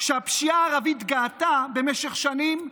הפשיעה הערבית גאתה במשך שנים,